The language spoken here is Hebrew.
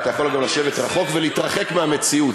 אתה יכול גם לשבת רחוק ולהתרחק מהמציאות.